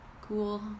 cool